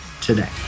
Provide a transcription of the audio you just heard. today